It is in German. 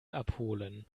abholen